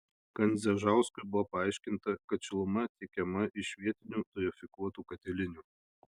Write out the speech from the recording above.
kandzežauskui buvo paaiškinta kad šiluma tiekiama iš vietinių dujofikuotų katilinių